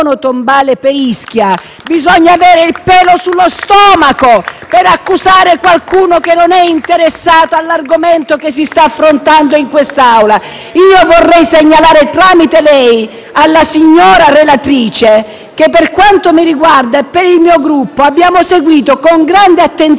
bisogna poi avere il pelo sullo stomaco per accusare qualcuno che non è interessato all'argomento che si sta affrontando. *(Applausi dal Gruppo PD)*. Io vorrei segnalare tramite lei alla signora relatrice che per quanto mi riguarda e per il mio Gruppo, abbiamo seguito con grande attenzione questo provvedimento